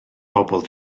bobl